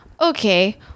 okay